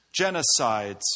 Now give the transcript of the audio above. genocides